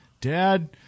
Dad